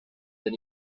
that